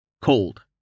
Cold